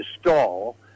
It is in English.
stall